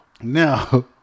Now